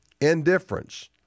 indifference